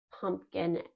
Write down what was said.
pumpkin